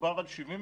מדובר על 75%?